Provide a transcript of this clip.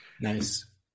nice